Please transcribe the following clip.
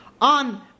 on